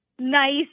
nice